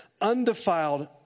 undefiled